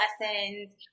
lessons